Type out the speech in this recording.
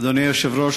אדוני היושב-ראש,